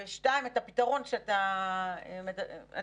2. את הפתרון שאתה מציע.